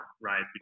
right